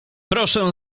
proszę